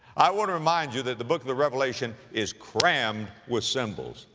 i want to remind you that the book of the revelation is crammed with symbols.